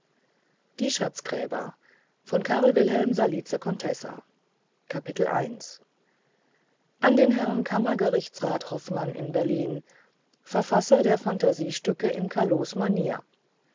wilhelm salice contessa an den herrn kammergerichtsrat hoffmann in berlin verfasser der fantasiestücke in